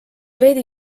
veidi